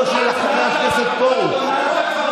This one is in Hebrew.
נעשתה הצבעה.